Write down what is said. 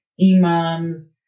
imams